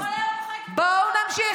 הוא מוחק, בואו נמשיך.